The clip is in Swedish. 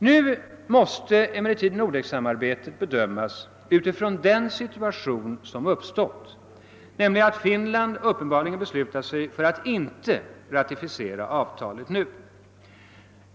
Nu måste emellertid Nordeksamarbetet bedömas utifrån den situation som uppstått, nämligen att Finland uppenbarligen har beslutat sig för att inte ratificera avtalet.